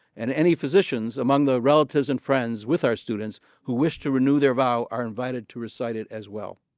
and any physicians among the relatives and friends with our students who wish to renew their vow are invited to recite it as well.